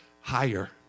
higher